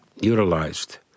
utilized